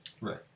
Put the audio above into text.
Right